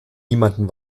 niemandem